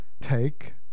take